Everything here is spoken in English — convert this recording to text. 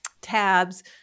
tabs